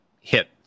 hit